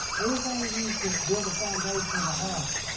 anything used to build a foundation of a house.